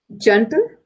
Gentle